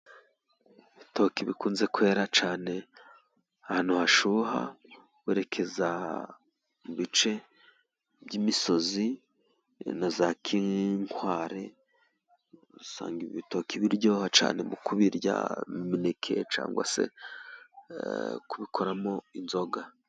Ibitoki bikunze kwera cyane ahantu hashyuha, werekeza mubice by'imisozi na za kinkware, usanga ibi bitoki biryoha cyane mu kubirya mo imineke cyangwa se kubikoramo inzoga.